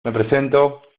presento